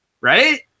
right